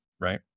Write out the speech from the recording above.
Right